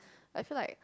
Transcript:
like I feel like